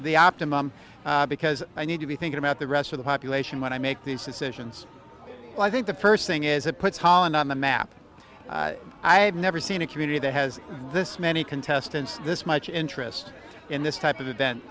the optimum because i need to be thinking about the rest of the population when i make these decisions i think the first thing is it puts holland on the map i have never seen a community that has this many contestants this much interest in this type of event